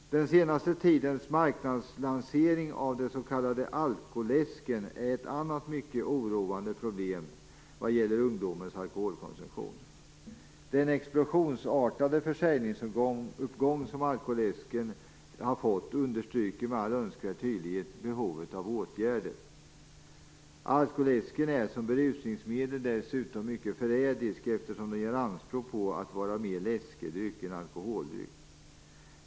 Den senaste tidens marknadslansering av den s.k. alkoläsken är ett annat mycket oroande problem vad gäller ungdomens alkoholkonsumtion. Den explosionsartade försäljningsuppgången för alkoläsken understryker med all önskvärd tydlighet behovet av åtgärder. Alkoläsken är som berusningsmedel dessutom mycket förrädisk, eftersom den gör anspråk på att mer vara en läskedryck än en alkoholdryck.